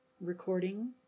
Recording